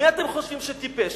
מי אתם חושבים שטיפש,